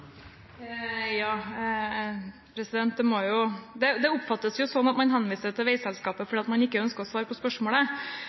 Det oppfattes sånn at man henviser til Veiselskapet fordi man ikke ønsker å svare på spørsmålet.